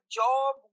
job